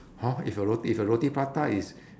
!huh! if your roti if your roti prata is